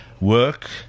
work